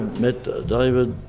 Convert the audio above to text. met david